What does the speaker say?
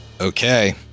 Okay